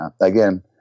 again